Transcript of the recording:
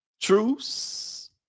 Truce